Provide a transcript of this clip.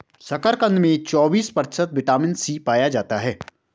शकरकंद में चौबिस प्रतिशत विटामिन सी पाया जाता है